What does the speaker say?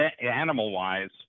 animal-wise